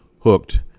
hooked